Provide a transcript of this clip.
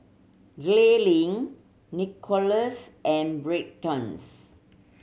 Gaylene Nikolas and Braxtons